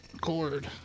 cord